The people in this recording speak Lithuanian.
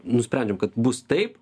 nusprendėm kad bus taip